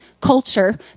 culture